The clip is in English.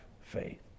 faith